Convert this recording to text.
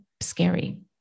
scary